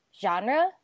genre